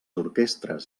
orquestres